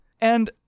And-